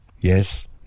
Yes